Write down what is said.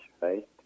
right